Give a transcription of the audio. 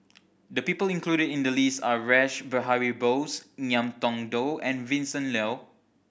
the people included in the list are Rash Behari Bose Ngiam Tong Dow and Vincent Leow